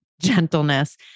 gentleness